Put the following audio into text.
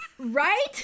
Right